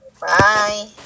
Bye